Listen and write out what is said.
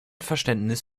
verständnis